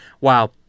wow